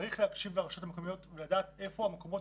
צריך להקשיב לרשויות המקומיות ולדעת היכן המקומות